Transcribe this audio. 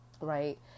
Right